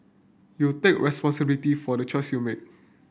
you take responsibility for the choices you make